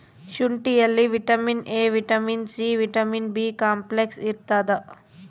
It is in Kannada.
ಶುಂಠಿಯಲ್ಲಿ vitamin A vitamin C vitamin B complex ಇರ್ತಾದ